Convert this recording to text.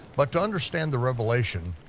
but to understand the revelation,